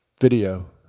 video